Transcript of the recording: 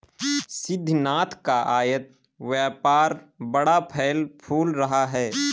सिद्धिनाथ का आयत व्यापार बड़ा फल फूल रहा है